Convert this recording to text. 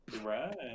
Right